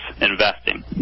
investing